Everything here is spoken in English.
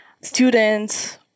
students